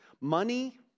Money